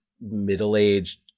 middle-aged